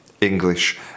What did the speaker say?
English